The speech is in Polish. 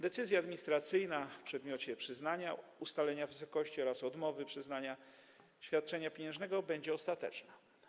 Decyzja administracyjna w przedmiocie przyznania, ustalenia wysokości oraz odmowy przyznania świadczenia pieniężnego będzie ostateczna.